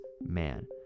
man